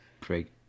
Craig